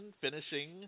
finishing